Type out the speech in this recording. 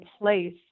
place